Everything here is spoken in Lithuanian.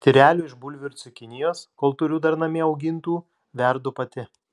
tyrelių iš bulvių ir cukinijos kol turiu dar namie augintų verdu pati